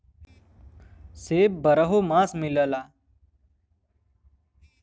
सेब बारहो मास मिलला